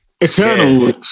Eternal